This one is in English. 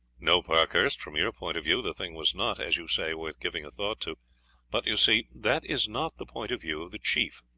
no, parkhurst, from your point of view the thing was not, as you say, worth giving a thought to but, you see, that is not the point of view of the chief.